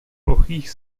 plochých